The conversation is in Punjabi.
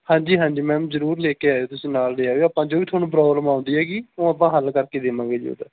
ਹਾਂਜੀ ਹਾਂਜੀ ਮੈਮ ਜ਼ਰੂਰ ਲੈ ਕੇ ਆਇਓ ਤੁਸੀਂ ਨਾਲ ਲੈ ਆਇਓ ਆਪਾਂ ਜੋ ਤੁਹਾਨੂੰ ਪ੍ਰੋਬਲਮ ਆਉਂਦੀ ਹੈਗੀ ਉਹ ਆਪਾਂ ਹੱਲ ਕਰਕੇ ਦੇਵਾਂਗੇ ਜੀ ਉਹਦਾ